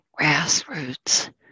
grassroots